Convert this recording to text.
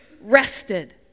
rested